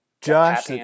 Josh